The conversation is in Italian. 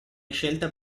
scelta